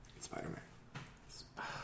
Spider-Man